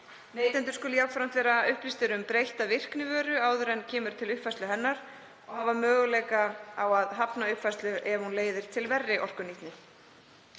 Neytendur skuli jafnframt vera upplýstir um breytta virkni vöru áður en kemur til uppfærslu hennar og hafa möguleika á að hafna uppfærslu ef hún leiðir til verri orkunýtni.